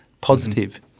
positive